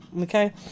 Okay